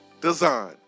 design